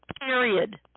Period